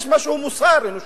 יש מה שהוא מוסר אנושי.